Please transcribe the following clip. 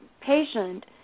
patient